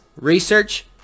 research